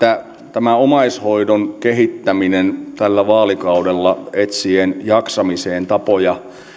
tämä omaishoidon kehittäminen tällä vaalikaudella etsien jaksamiseen tapoja